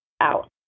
out